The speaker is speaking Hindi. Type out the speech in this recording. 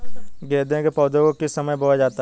गेंदे के पौधे को किस समय बोया जाता है?